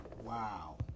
Wow